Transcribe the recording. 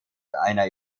einer